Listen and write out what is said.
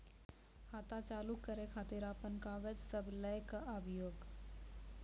खाता चालू करै खातिर आपन कागज सब लै कऽ आबयोक?